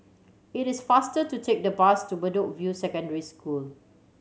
it is faster to take the bus to Bedok View Secondary School